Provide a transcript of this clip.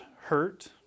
hurt